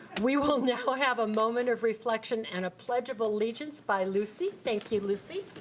we will now have a moment of reflection and a pledge of allegiance by lucy, thank you lucy.